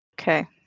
Okay